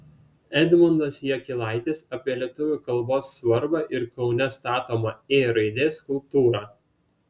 edmundas jakilaitis apie lietuvių kalbos svarbą ir kaune statomą ė raidės skulptūrą